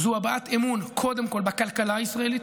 זו הבעת אמון קודם כול בכלכלה הישראלית,